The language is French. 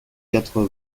quatre